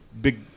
big